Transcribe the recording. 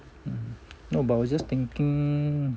hmm no but I was just thinking